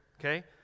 okay